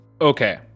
Okay